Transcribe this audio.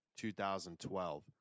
2012